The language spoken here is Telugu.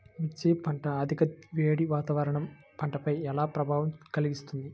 మిర్చి పంట అధిక వేడి వాతావరణం పంటపై ఏ ప్రభావం కలిగిస్తుంది?